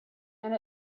and